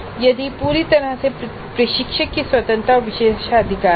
यह पूरी तरह से प्रशिक्षक की स्वतंत्रता और विशेषाधिकार है